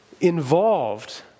involved